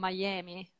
Miami